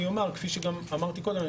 כפי שאמרתי קודם,